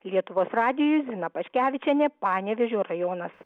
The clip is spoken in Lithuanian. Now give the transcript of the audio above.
lietuvos radijui zina paškevičienė panevėžio rajonas